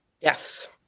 Yes